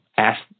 ask